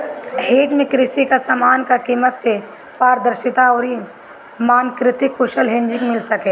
hedge में कृषि कअ समान कअ कीमत में पारदर्शिता अउरी मानकीकृत कुशल हेजिंग मिल सके